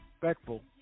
respectful